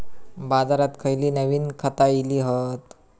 बाजारात खयली नवीन खता इली हत?